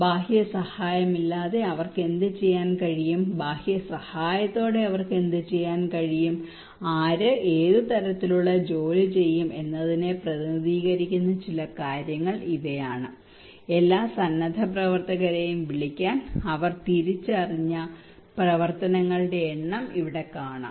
ബാഹ്യ സഹായമില്ലാതെ അവർക്ക് എന്തുചെയ്യാൻ കഴിയും ബാഹ്യ സഹായത്തോടെ അവർക്ക് എന്തുചെയ്യാൻ കഴിയും ആര് ഏത് തരത്തിലുള്ള ജോലി ചെയ്യും എന്നതിനെ പ്രതിനിധീകരിക്കുന്ന ചില കാര്യങ്ങൾ ഇവയാണ് എല്ലാ സന്നദ്ധപ്രവർത്തകരെയും വിളിക്കാൻ അവർ തിരിച്ചറിഞ്ഞ പ്രവർത്തനങ്ങളുടെ എണ്ണം ഇവിടെ കാണാം